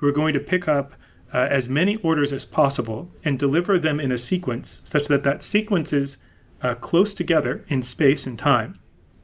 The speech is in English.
we're going to pick up as many orders as possible and deliver them in a sequence such that that sequence is ah close together in space and time